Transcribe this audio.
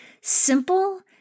simple